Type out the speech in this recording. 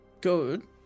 good